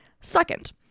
Second